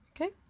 Okay